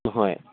ꯑꯍꯣꯏ